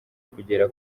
kugera